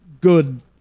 good